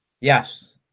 Yes